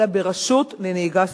אלא ברשות לנהיגה ספורטיבית,